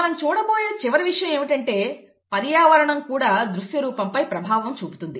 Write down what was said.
మనం చూడబోయే చివరి విషయం ఏమిటంటే పర్యావరణం కూడా దృశ్యరూపంపై ప్రభావం చూపుతుంది